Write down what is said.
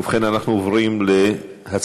ובכן, אנחנו עוברים להצבעה.